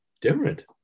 different